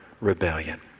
rebellion